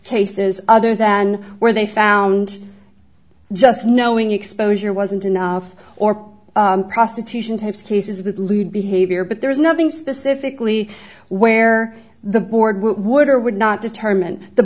cases other than where they found just knowing exposure wasn't enough or prostitution types cases with lewd behavior but there is nothing specifically where the board would or would not determine the